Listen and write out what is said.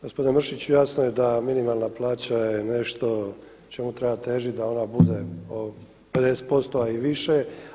Gospodine Mršiću jasno je da minimalna plaća je nešto čemu treba težit da ona bude 50% ali i više.